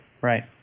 right